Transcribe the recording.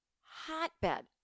hotbed